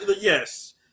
yes